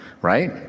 right